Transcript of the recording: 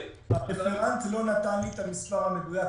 הרפרנט לא נתן לי את המספר המדויק.